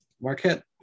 Marquette